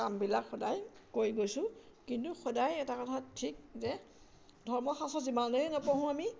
কামবিলাক সদায় কৰি গৈছোঁ কিন্তু সদায় এটা কথা ঠিক যে ধৰ্ম শাস্ত্ৰ যিমানেই নপঢ়োঁ আমি